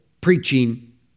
preaching